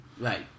Right